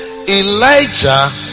Elijah